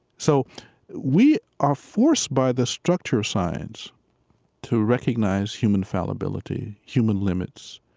so we are forced by the structure of science to recognize human fallibility, human limits.